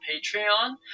Patreon